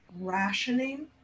rationing